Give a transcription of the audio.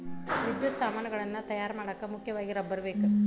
ವಿದ್ಯುತ್ ಸಾಮಾನುಗಳನ್ನ ತಯಾರ ಮಾಡಾಕ ಮುಖ್ಯವಾಗಿ ರಬ್ಬರ ಬೇಕ